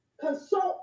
consult